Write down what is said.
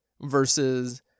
Versus